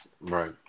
Right